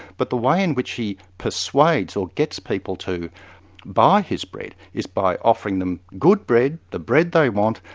but the way in which he persuades, or gets people to buy his bread, is by offering them good bread, the bread they want,